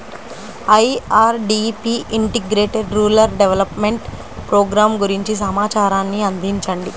IRDP integrated rural development programme గురించి సమాచారాన్ని అందించండి?